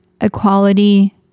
equality